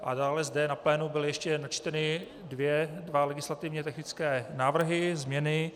A dále zde na plénu byly ještě načteny dva legislativně technické návrhy, změny.